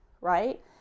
Right